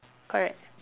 correct